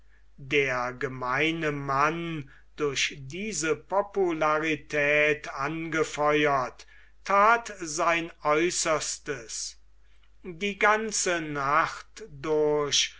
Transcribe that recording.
der gemeine mann durch diese popularität angefeuert that sein aeußerstes die ganze nacht durch